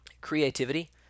creativity